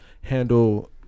handle